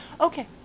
Okay